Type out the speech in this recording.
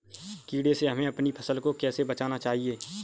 कीड़े से हमें अपनी फसल को कैसे बचाना चाहिए?